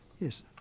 Yes